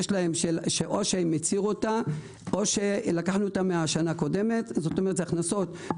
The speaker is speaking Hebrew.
או הצהירו אותה או לקחנו אותה מהשנה הקודמת כלומר או